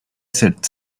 said